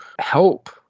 help